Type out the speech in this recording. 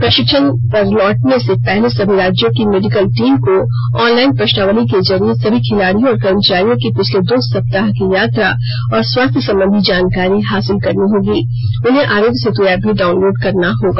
प्रशिक्षण पर लौटने से पहले सभी राज्यों की मेडिकल टीम को ऑनलाइन प्रश्नावली के जरिये सभी खिलाडियों और कर्मचारियों की पिछले दो सप्ताह की यात्रा और स्वास्थ्य संबंधी जानकारी हासिल करनी होगी उन्हें आरोग्य सेतू एप भी डाउनलोड करना होगा